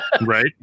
Right